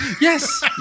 Yes